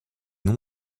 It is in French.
non